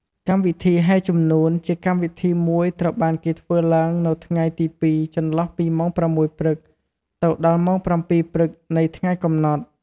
កម្មវិធីហែជំនួន ជាកម្មវិធីមួយត្រូវបានគេធ្វើឡើងនៅថ្ងៃទី២ចន្លោះពីម៉ោង៦ព្រឹក ទៅដល់ម៉ោង៧ព្រឹកនៃថ្ងៃកំណត់។